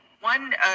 one